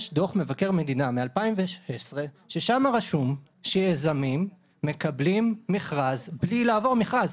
יש דוח מבקר המדינה מ-2016 ושם כתוב שיזמים מקבלים מכרז בלי לעבור מכרז.